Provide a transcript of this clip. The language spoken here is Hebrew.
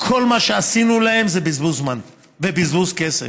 כל מה שעשינו להם זה בזבוז זמן ובזבוז כסף,